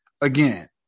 again